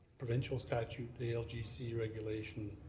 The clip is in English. provincial statute, algc regulation,